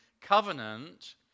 covenant